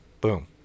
boom